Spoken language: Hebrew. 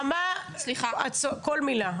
נעמה, כל מילה.